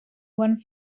one